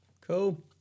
Cool